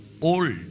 old